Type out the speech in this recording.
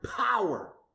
power